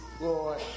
Lord